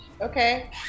Okay